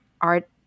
art